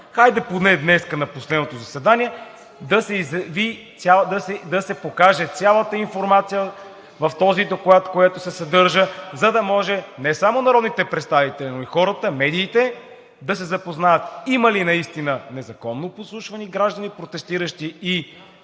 хайде поне днес, на последното заседание, да се покаже цялата информация в този доклад, която се съдържа, за да може не само народните представители, но и хората, и медиите да се запознаят: има ли наистина незаконно подслушвани граждани, протестиращи и